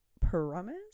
promise